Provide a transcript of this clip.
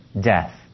death